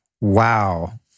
Wow